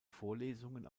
vorlesungen